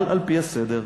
אבל על-פי הסדר.